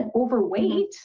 overweight